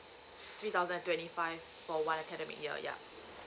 three thousand twenty five for one academic year yup